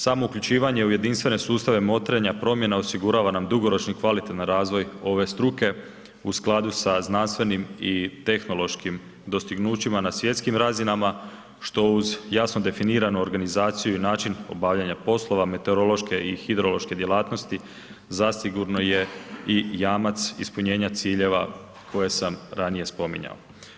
Samo uključivanje u jedinstvene sustave motrenja promjena osigurava nam dugoročan i kvalitetan razvoj ove struke u skladu sa znanstvenim i tehnološkim dostignućima na svjetskim razinama, što uz jasno definiranu organizaciju i način obavljanja poslova meteorološke i hidrološke djelatnosti zasigurno je i jamac ispunjenja ciljeva koje sam ranije spominjao.